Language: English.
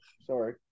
Sorry